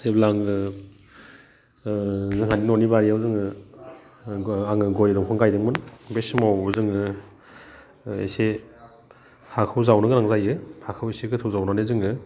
जेब्ला आङो जोहानि न'नि बारियाव जोङो आङो गय दंफां गायदोंमोन बे समाव जोङो एसे हाखौ जावनो गोनां जायो हाखौ एसे गोथौ जावनानै जोङो